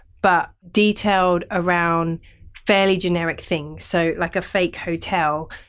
but detailed around fairly generic things. so like a fake hotel,